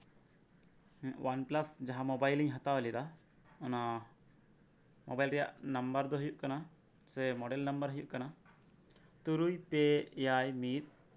OnePlus ᱡᱟᱦᱟᱸ ᱢᱳᱵᱟᱭᱤᱞᱤᱧ ᱦᱟᱛᱟᱣ ᱞᱮᱫᱟ ᱚᱱᱟ ᱢᱳᱵᱟᱭᱤᱞ ᱨᱮᱭᱟᱜ ᱮᱞ ᱫᱚ ᱦᱩᱭᱩᱜ ᱠᱟᱱᱟ ᱥᱮ ᱢᱳᱰᱟᱭᱤᱞ ᱱᱟᱢᱵᱟᱨ ᱦᱩᱭᱩᱜ ᱠᱟᱱᱟ ᱛᱩᱨᱩᱭ ᱯᱮ ᱮᱭᱟᱭ ᱢᱤᱫ